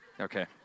Okay